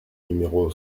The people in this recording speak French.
numéro